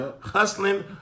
hustling